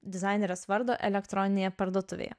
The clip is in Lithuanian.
dizainerės vardo elektroninėje parduotuvėje